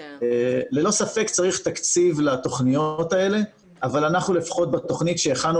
ללא ספק צריך תקציב לתוכניות האלה אבל אנחנו לפחות בתוכנית שהכנו,